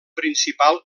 principal